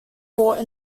brought